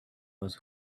was